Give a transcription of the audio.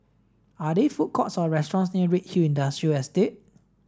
are there food courts or restaurants near Redhill Industrial Estate